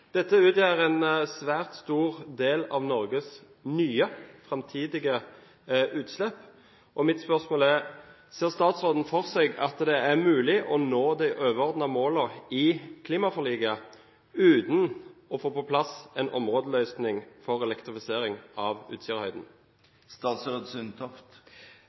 Dette utgjør en svært stor del av Norges nye framtidige utslipp, og mitt spørsmål er: Ser statsråden for seg at det er mulig å nå de overordnede målene i klimaforliket uten å få på plass en områdeløsning for elektrifisering av